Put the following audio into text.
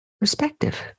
perspective